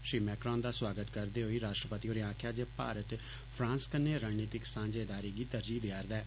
Shri Macron दा सोआगत करदे होई राष्ट्रपति होरें आक्खेया जे भारत फ्रांस कन्नै रणनीतिक सांझेदारी गी ताजीह देआ'र दा ऐ